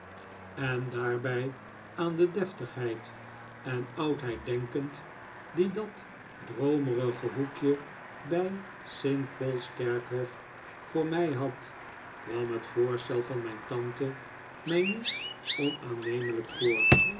en daarbij aan de mijn tante is ongerust deftigheid en oudheid denkend die dat droomerige hoekje bij het st paul's kerkhof voor mij had kwam het voorstel van mijn tante mij niet onaannemelijk voor